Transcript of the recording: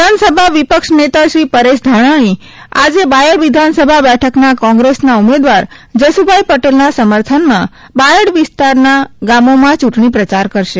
વિધાનસભા વિપક્ષનેતા શ્રી પરેશ ધાનાણી આજે બાયડ વિધાનસભા બેઠકના કોંગ્રેસના ઉમેદવાર જસૂભાઈ પટેલના સમર્થનમાં બાયડ વિસ્તારના ગામોમાં ચૂંટણી પ્રયાર કરશે